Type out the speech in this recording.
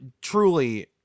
truly